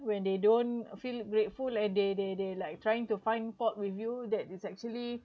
when they don't feel grateful and they they they like trying to find fault with you that is actually